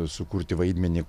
sukurti vaidmenį